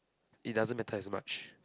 it doesn't matter as much